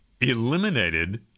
eliminated